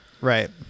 Right